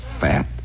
fat